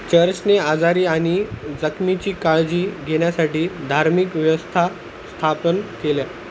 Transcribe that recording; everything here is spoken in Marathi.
चर्चने आजारी आणि जखमीची काळजी घेण्यासाठी धार्मिक व्यवस्था स्थापन केल्या